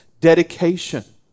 dedication